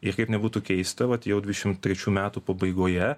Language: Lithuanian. ir kaip nebūtų keista vat jau dvidešimt trečių metų pabaigoje